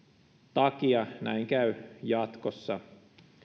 takia näin käy jatkossa